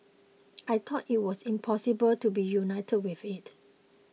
I thought it was impossible to be reunited with it